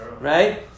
Right